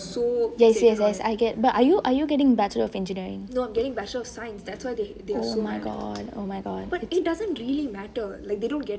yes yes yes I get but are you getting bachelor of engineering oh my god oh my god